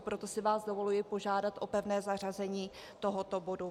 Proto si vás dovoluji požádat o pevné zařazení tohoto bodu.